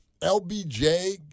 LBJ